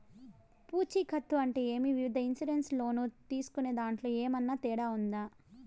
పూచికత్తు అంటే ఏమి? వివిధ ఇన్సూరెన్సు లోను తీసుకునేదాంట్లో ఏమన్నా తేడా ఉందా?